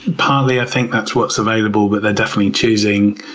partly i think that's what's available, but they're definitely choosing.